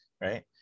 right